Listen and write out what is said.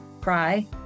cry